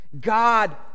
God